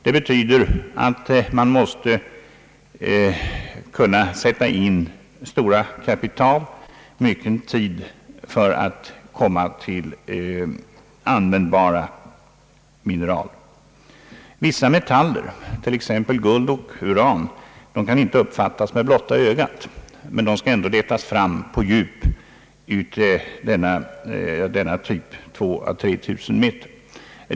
Detta betyder att man måste kunna sätta in stora kapital och mycken tid för att nå användbara mineral. Vissa metaller, t.ex. guld och uran, kan inte uppfattas med blotta ögat, men de skall ändå letas fram på djup av denna storleksordning, 2000 å 3000 meter.